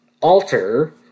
Alter